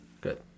Good